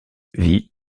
vit